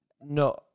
No